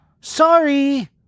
Sorry